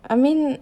I mean